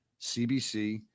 CBC